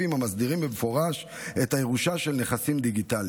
המסדירים במפורש את הירושה של נכסים דיגיטליים,